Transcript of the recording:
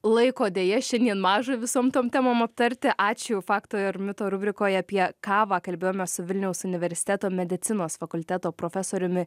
laiko deja šiandien maža visom tom temom aptarti ačiū fakto ir mito rubrikoj apie kavą kalbėjomės su vilniaus universiteto medicinos fakulteto profesoriumi